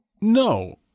No